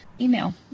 email